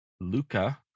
Luca